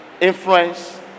influence